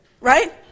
right